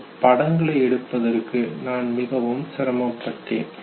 இந்த படங்களை எடுப்பதற்கும் நான் மிகவும் சிரமப்பட்டேன்